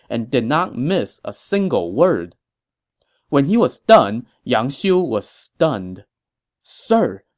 and did not miss a single word when he was done, yang xiu was stunned sir,